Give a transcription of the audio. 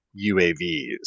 UAVs